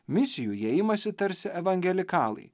misijų jie imasi tarsi evangelikalai